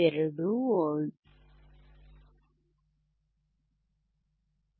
72 V